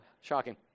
Shocking